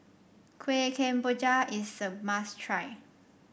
Kueh Kemboja is a must try